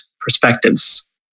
perspectives